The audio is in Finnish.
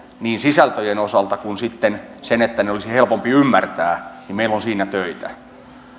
niin sisältöjen osalta kuin sitten sen osalta että ne olisi helpompi ymmärtää meillä on siinä töitä